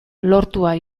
lortua